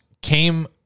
came